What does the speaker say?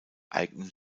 eignen